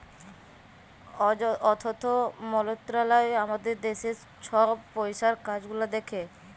অথ্থ মলত্রলালয় আমাদের দ্যাশের ছব পইসার কাজ গুলা দ্যাখে